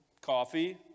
coffee